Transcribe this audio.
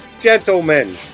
Gentlemen